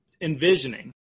envisioning